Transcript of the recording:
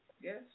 Yes